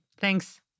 thanks